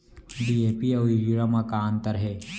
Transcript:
DAP अऊ urea म का अंतर हे?